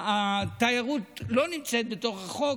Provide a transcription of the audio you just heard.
התיירות לא נמצאת בתוך החוק,